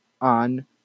on